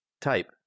Type